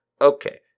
Okay